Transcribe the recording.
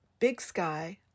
BigSky